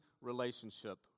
relationship